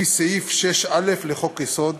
לפי סעיף 6(א) לחוק-יסוד: